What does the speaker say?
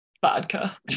Vodka